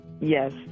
Yes